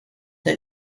the